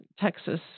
Texas